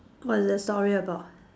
what's the story about